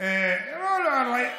אנחנו נעשה.